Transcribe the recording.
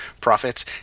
profits